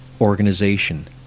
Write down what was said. Organization